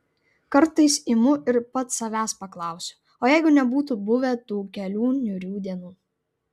kartais imu ir pats savęs paklausiu o jeigu nebūtų buvę tų kelių niūrių dienų